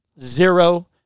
Zero